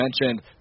mentioned